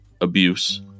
abuse